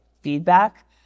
feedback